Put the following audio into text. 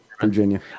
Virginia